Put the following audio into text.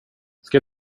ska